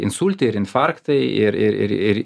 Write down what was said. insultai ir infarktai ir ir ir ir